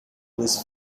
was